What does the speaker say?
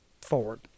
forward